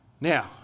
Now